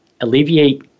alleviate